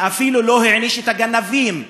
ואפילו לא העניש את הגנבים,